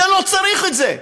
זה לא צריך את זה.